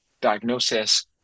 diagnosis